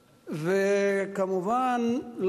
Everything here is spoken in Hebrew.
וכמובן,